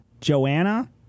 Joanna